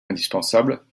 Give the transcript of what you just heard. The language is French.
indispensable